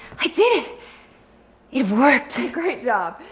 i did it. it worked. great job,